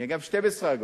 יהיה גם 12 אגורות,